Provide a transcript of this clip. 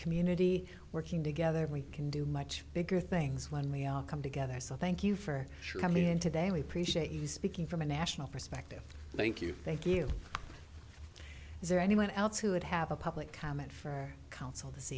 community working together we can do much bigger things when we are come together so thank you for coming in today we appreciate you speaking from a national perspective thank you thank you is there anyone else who would have a public comment for our council this